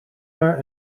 maar